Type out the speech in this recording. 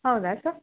ಹೌದಾ ಸರ್